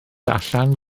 allan